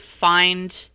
find